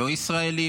לא ישראלים,